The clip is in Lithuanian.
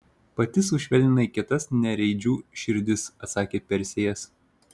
pati sušvelninai kietas nereidžių širdis atsakė persėjas